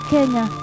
Kenya